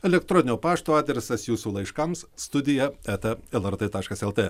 elektroninio pašto adresas jūsų laiškams studija eta lrt taškas lt